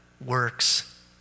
works